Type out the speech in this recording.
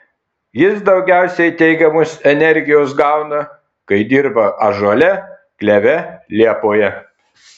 jis daugiausiai teigiamos energijos gauna kai dirba ąžuole kleve liepoje